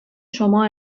شما